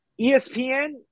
ESPN